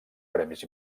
premis